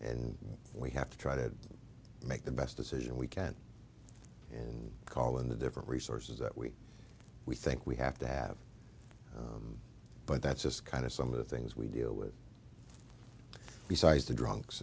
and we have to try to make the best decision we can and call in the different resources that we we think we have to have but that's just kind of some of the things we deal with besides the drunks